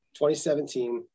2017